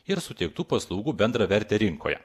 ir suteiktų paslaugų bendrą vertę rinkoje